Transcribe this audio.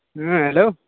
ᱦᱮᱸ ᱦᱮᱞᱳ